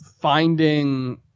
finding